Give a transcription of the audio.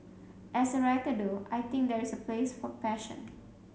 as a writer though I think there is a place for passion